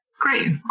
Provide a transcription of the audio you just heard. great